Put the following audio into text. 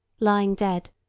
lying dead,